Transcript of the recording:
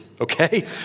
okay